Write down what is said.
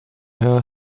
her